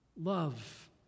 Love